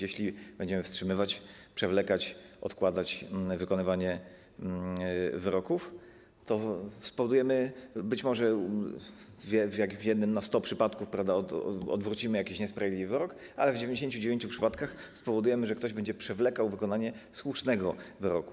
Jeśli będziemy wstrzymywać, przewlekać, odkładać wykonywanie wyroków, to spowodujemy być może w jednym na 100 przypadków to, że odwrócimy jakiś niesprawiedliwy wyrok, ale w 99 przypadkach spowodujemy to, że ktoś będzie przewlekał wykonanie słusznego wyroku.